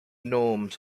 norms